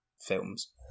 films